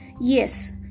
Yes